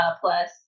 plus